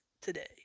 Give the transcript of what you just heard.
today